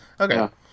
Okay